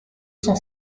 cent